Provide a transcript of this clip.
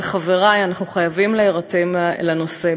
אבל, חברי, אנחנו חייבים להירתם לנושא.